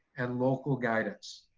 and local guidance.